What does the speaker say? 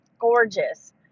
gorgeous